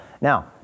Now